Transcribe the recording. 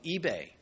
eBay